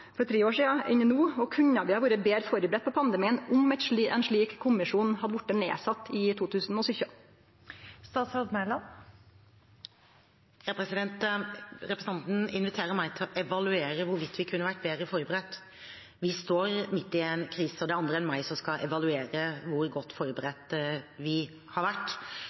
for tre år sidan, enn det er no? Og kunne vi ha vore betre førebudde på pandemien om ein slik kommisjon hadde vore sett ned i 2017? Representanten inviterer meg til å evaluere hvorvidt vi kunne vært bedre forberedt. Vi står midt i en krise, og det er andre enn meg skal evaluere hvor godt forberedt vi har vært.